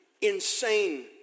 insane